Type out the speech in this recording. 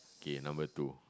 I see the number two